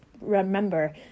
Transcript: remember